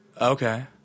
Okay